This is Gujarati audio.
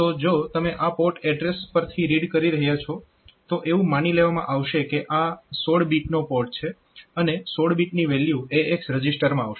તો જો તમે આ પોર્ટ એડ્રેસ પરથી રીડ કરી રહ્યા છો તો એવું માની લેવામાં આવશે કે આ 16 બીટ પોર્ટ છે અને 16 બીટની વેલ્યુ AX રજીસ્ટરમાં આવશે